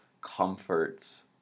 comforts